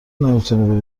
نمیتونی